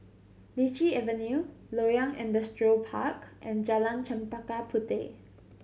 Lichi Avenue Loyang Industrial Park and Jalan Chempaka Puteh